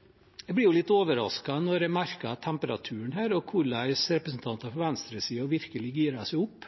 jeg også si at jeg blir litt overrasket når jeg merker temperaturen her, hvordan representanter fra venstresiden virkelig girer seg opp